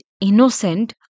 innocent